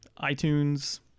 iTunes